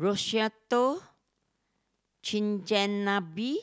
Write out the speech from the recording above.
Risotto Chigenabe